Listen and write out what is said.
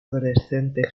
adolescente